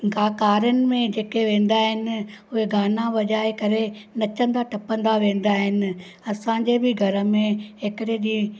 कारियुनि में जेके वेंदा आहिनि उहे गाना वॼाए करे नचंदा टपंदा वेंदा आहिनि असांजे बि घर में हिकिड़े ॾींहुं